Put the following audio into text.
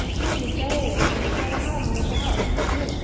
अस्मिन् विषये अवसरः भवतः अस्ति किं